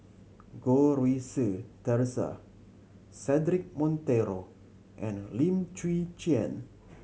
Goh Rui Si Theresa Cedric Monteiro and Lim Chwee Chian